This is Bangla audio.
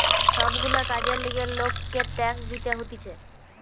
সব গুলা কাজের লিগে লোককে ট্যাক্স দিতে হতিছে